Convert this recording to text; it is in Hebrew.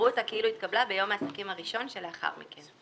יראו אותה כאילו התקבלה ביום העסקים הראשון שלאחר מכן,